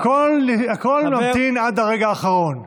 שהכול ממתין עד הרגע האחרון.